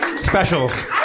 specials